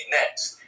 next